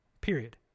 period